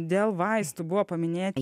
dėl vaistų buvo paminėti